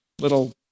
little